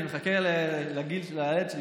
אני מחכה לילד שלי,